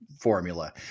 formula